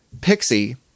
Pixie